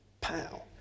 Pow